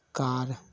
car